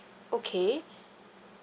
okay